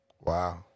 Wow